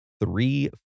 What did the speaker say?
three